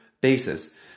basis